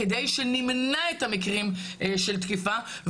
כדי שנמנע את המקרים של תקיפה,